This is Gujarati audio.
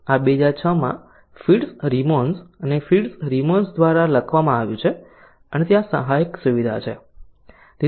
આ 2006 માં ફિટ્સ સિમોન્સ અને ફિટ્સ સિમોન્સ દ્વારા લખવામાં આવ્યું છે અને ત્યાં સહાયક સુવિધા છે